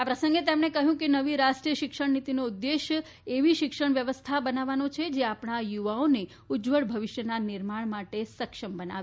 આ પ્રસંગે તેમણે કહ્યું કે નવી રાષ્ટ્રીય શિક્ષણનીતિનો ઉદ્દેશ એવી શિક્ષણ વ્યવસ્થા બનાવવાનો છે જે આપણા યુવાઓના ઉજ્જવળ ભવિષ્યના નિર્માણ માટે તેમને સક્ષમ બનાવે